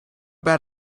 bad